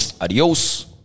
Adios